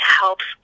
helps